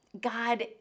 God